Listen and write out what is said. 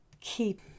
keep